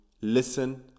listen